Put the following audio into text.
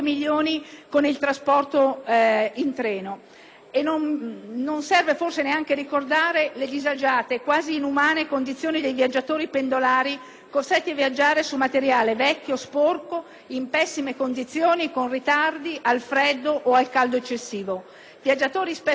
Non serve forse neanche ricordare le disagiate e quasi inumane condizioni dei viaggiatori pendolari, costretti a viaggiare su materiale vecchio, sporco, in pessime condizioni, con ritardi, al freddo o al caldo eccessivo. Tali viaggiatori spesso sono anche costretti a fare i conti con la soppressione dei treni.